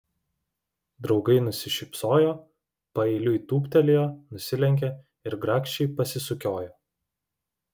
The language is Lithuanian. draugai nusišypsojo paeiliui tūptelėjo nusilenkė ir grakščiai pasisukiojo